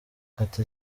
ati